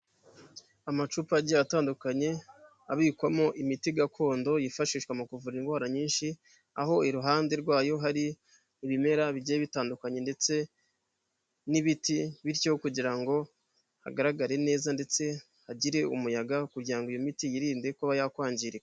Amacupa agiye atandukanye abikwamo imiti gakondo yifashishwa mu kuvura indwara nyinshi, aho iruhande rwayo hari ibimera bijye bitandukanye ndetse n'ibiti, bityo kugira ngo hagaragare neza ndetse hagire umuyaga kugira ngo iyo miti yirinde kuba yakwangirika.